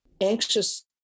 anxious